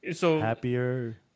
Happier